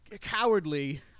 cowardly